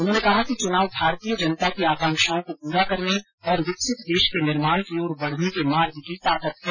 उन्होंने कहा कि चुनाव भारतीय जनता की आकांक्षाओं को पूरा करने और विकसित देश के निर्माण की ओर बढ़ने के मार्ग की ताकत है